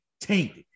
tanked